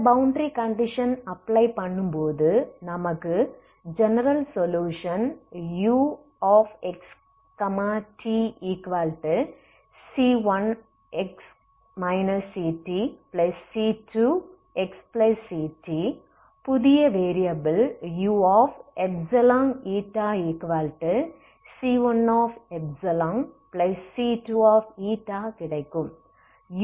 இந்த boundary condition apply பண்ணும்போது நமக்கு ஜெனரல் சொலுயுஷன் uxtc1x ctc2xct புதிய வேரியபிலில் uξηc1c2 கிடைக்கும்